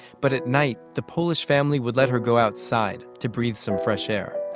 but at night the polish family would let her go outside, to breathe some fresh air.